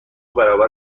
برابر